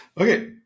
Okay